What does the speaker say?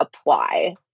apply